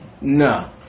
No